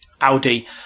Audi